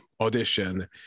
audition